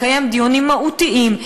לקיים דיונים מהותיים,